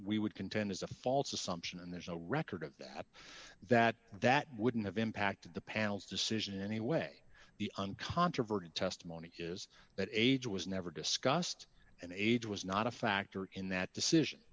we would contend is a false assumption and there's no record of appeal that that wouldn't have impacted the panel's decision in any way the uncontroverted testimony is that age was never discussed and age was not a factor in that decision